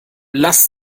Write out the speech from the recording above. lasst